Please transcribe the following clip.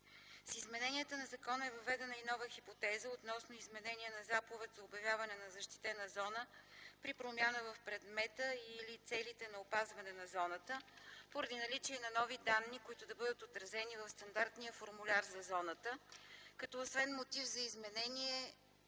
С измененията на закона е въведена и нова хипотеза относно изменение на заповед за обявяване на защитена зона при промяна в предмета и/или целите на опазване на зоната, поради наличие на нови данни, които да бъдат отразени в стандартния формуляр за зоната, като основен мотив за изменението